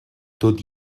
tot